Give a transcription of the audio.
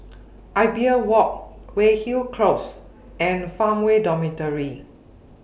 Imbiah Walk Weyhill Close and Farmway Dormitory